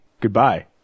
Goodbye